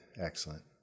excellent